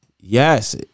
Yes